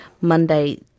Monday